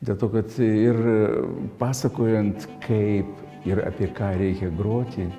dėl to kad ir pasakojant kaip ir apie ką reikia groti